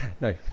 No